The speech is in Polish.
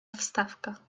wstawka